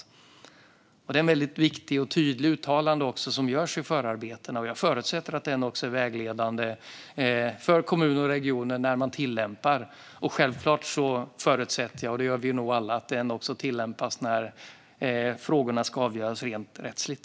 Det är ett väldigt viktigt och tydligt uttalande som görs i förarbetena, och jag förutsätter att det också är vägledande för kommuner och regioner vid tillämpning. Självklart förutsätter jag, och det gör vi nog alla, att det också tillämpas när frågorna ska avgöras rent rättsligt.